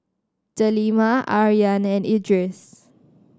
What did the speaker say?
Delima Aryan and Idris